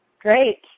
Great